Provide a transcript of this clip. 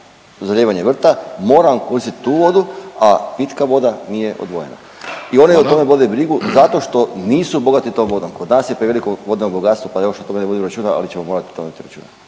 zalijevanje vrta moram koristit tu vodu, a pitka voda nije odvojena…/Upadica Vidović: Hvala/… i oni o tome vode brigu zato što nisu bogati tom vodom, kod nas je preveliko vodno bogatstvo, pa još o tome ne vodimo računa, ali ćemo morati o tome voditi računa.